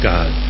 God